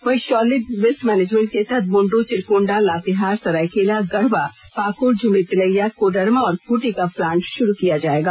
वहीं solid waste management के तहत बुंडू चिरकुंडा लातेहार सरायकेला गढ़वा पाकड़ झमरी तिलैया कोडरमा और खूंटी का प्लांट शुरू किया जाएगा